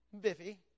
Biffy